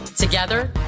Together